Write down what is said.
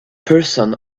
person